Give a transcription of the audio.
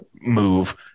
move